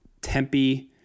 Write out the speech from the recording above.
Tempe